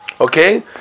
okay